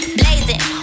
blazing